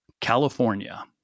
California